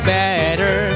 better